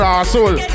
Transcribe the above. asshole